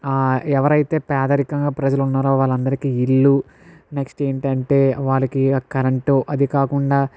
ఎవరైతే పేదరికంగా ప్రజలు ఉన్నారో వాళ్ళందరికీ ఇల్లు నెక్స్ట్ ఏంటంటే వాళ్ళకి కరెంటు అది కాకుండా